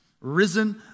risen